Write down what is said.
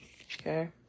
okay